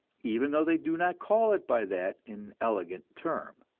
even though they do not call it by that inelegant term.